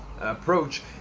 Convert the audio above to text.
approach